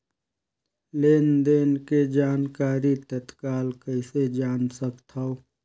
लेन देन के जानकारी तत्काल कइसे जान सकथव?